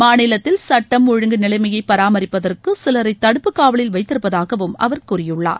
மாநிலத்தில் சட்டம் ஒழுங்கு நிலைமையை பராமரிப்பதற்கு சிலரை தடுப்பு காவலில் வைத்திருப்பதாகவும் அவர் கூறியுள்ளார்